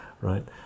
right